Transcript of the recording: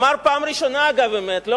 אמר פעם ראשונה אמת, אגב.